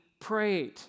prayed